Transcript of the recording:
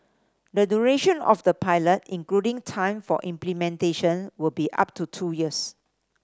the duration of the pilot including time for implementation will be up to two years